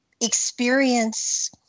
experience